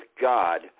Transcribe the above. God